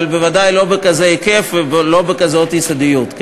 אבל בוודאי לא בכזה היקף ולא בכזאת יסודיות.